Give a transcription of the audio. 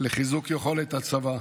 לחיזוק יכולת הצבא.